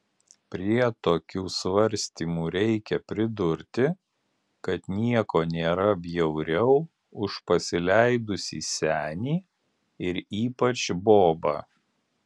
prie tokių svarstymų reikia pridurti kad nieko nėra bjauriau už pasileidusį senį ir ypač bobą